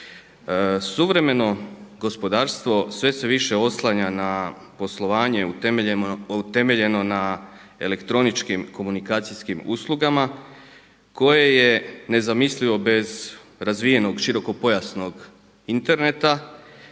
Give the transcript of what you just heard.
Suvremeno gospodarstvo sve se više oslanja na poslovanje utemeljeno na elektroničkim komunikacijskim uslugama koje je nezamislivo bez razvijenog širokopojasnog interneta,